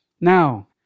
Now